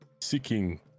seeking